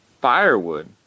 firewood